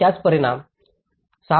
त्याचा परिणाम 6